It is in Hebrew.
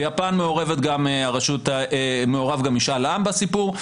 ביפן מעורב גם משאל עם בסיפור.